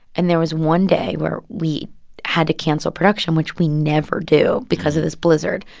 and there was one day where we had to cancel production, which we never do, because of this blizzard.